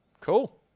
Cool